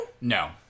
No